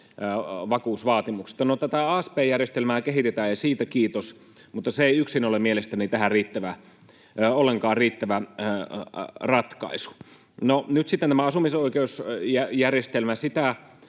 vakuusvaatimuksesta. No tätä asp-järjestelmää kehitetään, ja siitä kiitos, mutta se ei yksin ole mielestäni tähän ollenkaan riittävä ratkaisu. Nyt sitten tätä asumisoikeusjärjestelmääkin